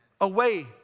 away